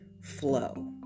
flow